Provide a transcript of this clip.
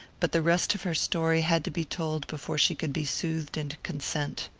but the rest of her story had to be told before she could be soothed into consent.